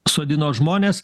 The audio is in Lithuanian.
sodino žmones